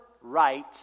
right